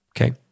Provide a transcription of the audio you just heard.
okay